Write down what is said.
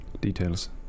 details